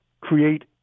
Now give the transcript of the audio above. create